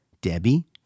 Debbie